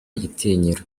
igitinyiro